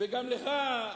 וגם לך,